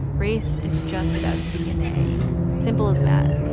race is just about dna simple as that.